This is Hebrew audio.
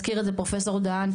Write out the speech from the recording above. הזכיר את זה פרופסור דהן,